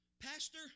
Pastor